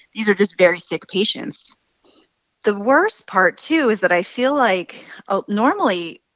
these are just very sick patients the worst part, too, is that i feel like ah normally,